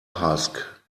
husk